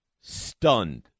Stunned